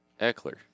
Eckler